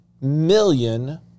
million